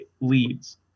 leads